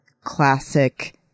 classic